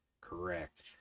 correct